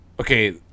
okay